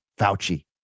Fauci